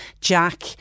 Jack